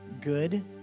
good